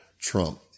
Trump